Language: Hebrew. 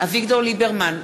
אביגדור ליברמן,